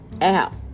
app